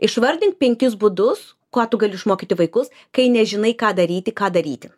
išvardink penkis būdus ką tu gali išmokyti vaikus kai nežinai ką daryti ką daryti